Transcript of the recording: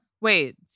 Wait